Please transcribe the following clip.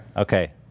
Okay